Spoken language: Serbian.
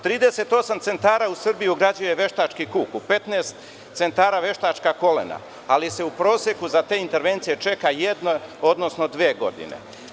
Trideset osam centara u Srbiji ugrađuje veštački kuk, u 15 centara veštačka kolena, ali se u proseku za te intervencije čeka jedna, odnosno dve godine.